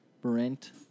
Brent